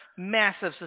massive